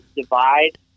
divide